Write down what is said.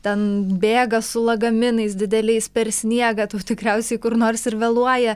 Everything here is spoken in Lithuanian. ten bėga su lagaminais dideliais per sniegą tu tikriausiai kur nors ir vėluoja